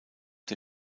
der